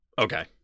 Okay